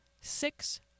six